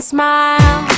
smile